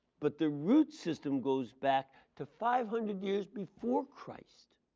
but the root system goes back to five hundred years before christ.